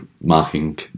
marking